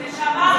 נשמה,